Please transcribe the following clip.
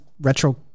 retro